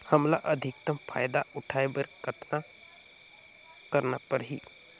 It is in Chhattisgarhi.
हमला अधिकतम फायदा उठाय बर कतना करना परही?